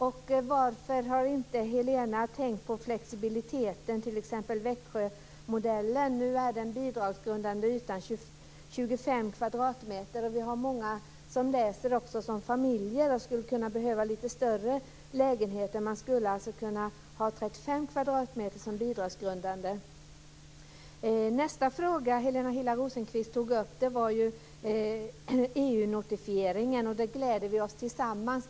Och varför har inte Helena Hillar Rosenqvist tänkt på flexibiliteten, t.ex. Växjömodellen? Många som läser är hela familjer som skulle behöva lite större lägenheter. Man skulle alltså kunna ha Nästa fråga som Helena Hillar Rosenqvist tog upp var EU-notifieringen. Där gläder vi oss tillsammans.